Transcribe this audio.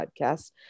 podcast